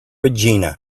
regina